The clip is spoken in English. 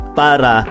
para